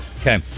Okay